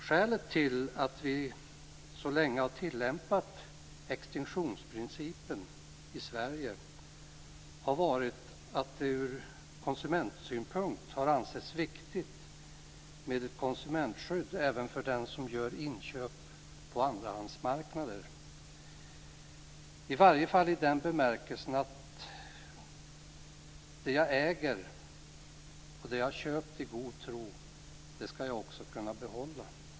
Skälet till att vi så länge tillämpat extinktionsprincipen i Sverige har varit att det ur konsumentsynpunkt har ansetts viktigt med ett konsumentskydd även för den som gör inköp på andrahandsmarknaden. I varje fall i den bemärkelsen att det jag äger och det jag har köpt i god tro skall jag kunna behålla.